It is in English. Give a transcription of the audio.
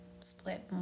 split